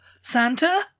Santa